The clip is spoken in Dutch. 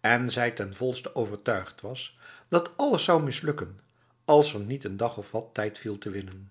en zij ten volste overtuigd was dat alles zou mislukken als er niet een dag of wat tijd viel te winnen